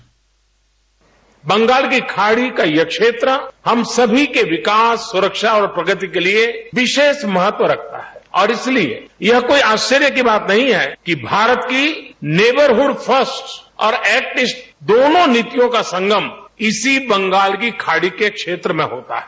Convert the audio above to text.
bite Bengal की खाड़ी का यह क्षेत्र हम सभी के विकास सुरक्षा और प्रगति के लिए विशेष महत्व रखता है और इसीलिए ये कोई आश्चर्य की बात नहीं है कि भारत की नेवर हूड फस्ट और लुक एट ईस्ट दोनों नीतियों का संगम इसी बंगाल की खाड़ी के क्षेत्र में होता है